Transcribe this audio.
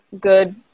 good